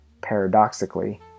Paradoxically